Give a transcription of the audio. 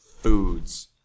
foods